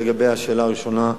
לגבי השאלה הראשונה,